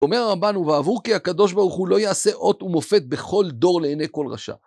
אומר הרמב״ן, ובעבור כי הקדוש ברוך הוא לא יעשה אות ומופת בכל דור לעיני כל רשע.